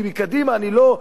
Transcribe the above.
כי בקדימה אני לא,